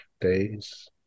days